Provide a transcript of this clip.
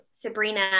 Sabrina